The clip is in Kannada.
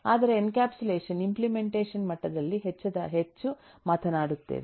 ಆದರೆ ಎನ್ಕ್ಯಾಪ್ಸುಲೇಷನ್ ಇಂಪ್ಲೆಮೆಂಟೇಷನ್ ಮಟ್ಟದಲ್ಲಿ ಹೆಚ್ಚು ಮಾತನಾಡುತ್ತೇವೆ